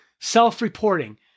Self-reporting